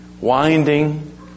winding